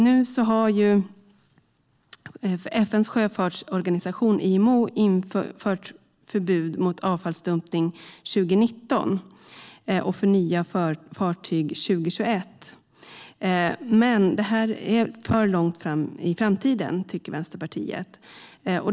Nu har FN:s sjöfartsorganisation IMO infört förbud mot avfallsdumpning från 2019 för nya fartyg och 2021 för samtliga fartyg. Men det ligger för långt fram i tiden, tycker Vänsterpartiet.